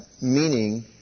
meaning